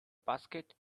basket